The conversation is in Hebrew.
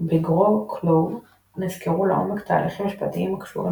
ב־Groklaw נסקרו לעומק הליכים משפטיים הקשורים